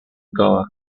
goa